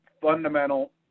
fundamental